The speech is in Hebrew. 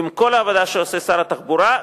עם כל העבודה שעושה שר התחבורה,